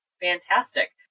fantastic